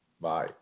Bye